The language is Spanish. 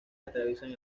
atraviesan